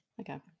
Okay